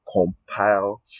compile